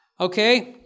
Okay